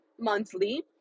monthly